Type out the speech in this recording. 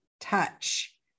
touch